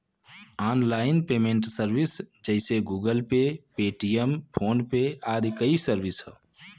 online payment service जइसे Google pay, Paytm, PhonePe आदि कई सर्विस हौ